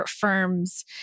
firms